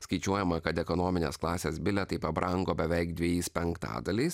skaičiuojama kad ekonominės klasės bilietai pabrango beveik dvejais penktadaliais